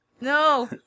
No